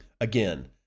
Again